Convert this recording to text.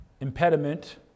impediment